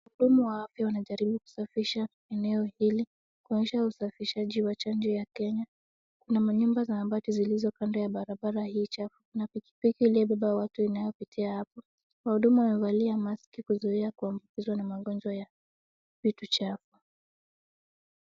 Wahudumu wa afya wanajaribu kusafisha eneo hili kuonyesha usafishaji wa chanjo ya Kenya. Kuna manyumba za mabati zilizo kando ya barabara hii chafu. Kuna pikipiki iliyobeba watu inayopitia hapo. Wahudumu wamevalia maski kuzuia kuambukizwa na magonjwa ya vitu chafu.